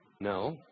No